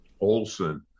Olson